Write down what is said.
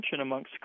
amongst